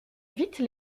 vite